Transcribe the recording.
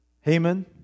Haman